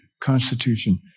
Constitution